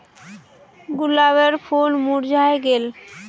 गुलाबेर फूल मुर्झाए गेल